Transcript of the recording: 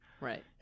Right